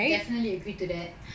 definitely agree to that